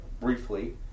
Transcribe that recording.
briefly